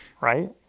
right